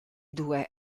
due